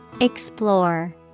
Explore